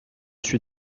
suis